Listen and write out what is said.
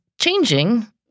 changing